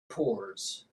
pours